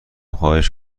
خواهش